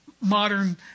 modern